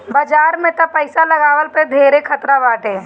बाजार में तअ पईसा लगवला पअ धेरे खतरा बाटे